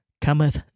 Cometh